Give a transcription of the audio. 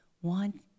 one